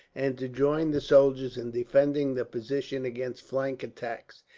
and to join the soldiers in defending the position against flank attacks.